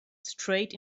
straight